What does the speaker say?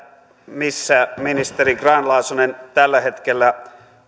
missä ministeri grahn laasonen tällä hetkellä